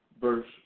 verse